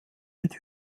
mit